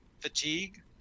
fatigue